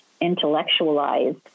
intellectualized